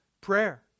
prayer